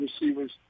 receivers